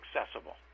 accessible